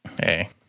hey